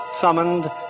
summoned